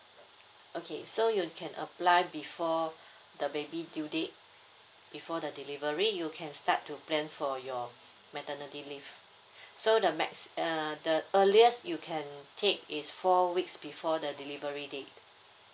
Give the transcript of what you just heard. okay so you can apply before the baby due date before the delivery you can start to plan for your maternity leave so the max err the earliest you can take is four weeks before the delivery date